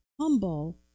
humble